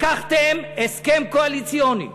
לקחתם הסכם קואליציוני,